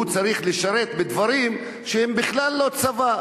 הוא צריך לשרת בדברים שהם בכלל לא צבא,